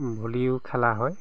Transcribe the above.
ভলীও খেলা হয়